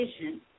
vision